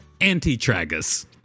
antitragus